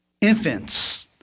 Infants